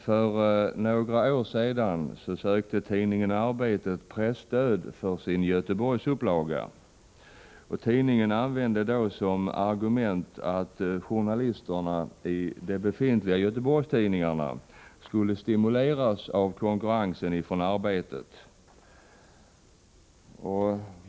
För några år sedan sökte tidningen Arbetet presstöd för sin Göteborgsupplaga. Tidningen använde då som argument att journalisterna i de befintliga Göteborgstidningarna skulle stimuleras av konkurrens från Arbetet.